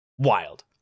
wild